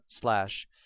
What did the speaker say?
slash